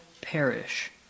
perish